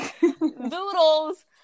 Doodles